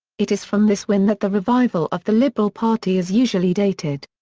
it is from this win that the revival of the liberal party is usually dated.